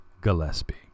Gillespie